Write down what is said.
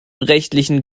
rechtlichen